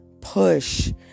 push